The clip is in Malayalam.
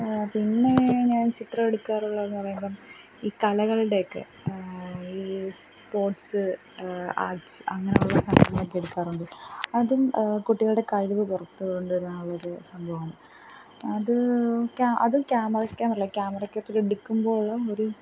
പിന്നെ ഞാൻ ചിത്രം എടുക്കാറുള്ളതെന്ന് പറയുമ്പം ഈ കലകളുടെ ഒക്കെ ഈ സ്പോട്സ്സ് ആർട്സ് അങ്ങനുള്ള സംഭവങ്ങളക്കെ എടുക്കാറുണ്ട് അതും കുട്ടികളുടെ കഴിവ് പുറത്ത് കൊണ്ടു വരാനുള്ളൊരു സംഭവമാണ് അത് ക്യ അത് ക്യാമറക്ക ഞാൻ പറഞ്ഞില്ലേ ക്യാമറക്കാത്തെട്ക്കുമ്പോഴുള്ള ഒരു